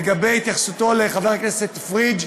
לגבי חבר הכנסת פריג',